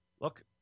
Look